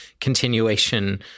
continuation